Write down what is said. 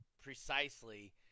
Precisely